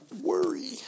Worry